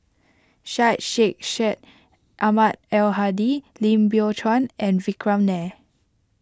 Syed Sheikh Syed Ahmad Al Hadi Lim Biow Chuan and Vikram Nair